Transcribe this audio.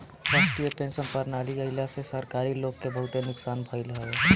राष्ट्रीय पेंशन प्रणाली आईला से सरकारी लोग के बहुते नुकसान भईल हवे